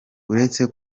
uretse